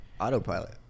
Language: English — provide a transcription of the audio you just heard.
autopilot